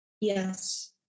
Yes